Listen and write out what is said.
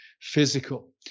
physical